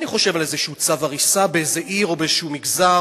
אני חושב על איזה צו הריסה באיזו עיר או באיזה מגזר,